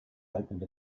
opened